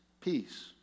Peace